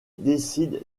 décident